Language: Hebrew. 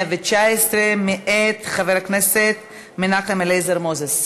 119 מאת חבר הכנסת מנחם אליעזר מוזס,